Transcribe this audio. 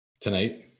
Tonight